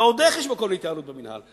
ועוד איך יש מקום להתייעלות במינהל.